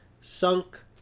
sunk